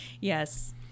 Yes